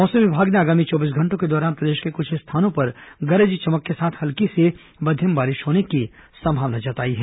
मौसम विमाग ने आगामी चौबीस घंटों के दौरान प्रदेश के कुछ स्थानों में गरज चमक के साथ हल्की से मध्यम बारिश होने की संभावना जताई है